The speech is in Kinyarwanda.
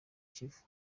kivu